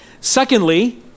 Secondly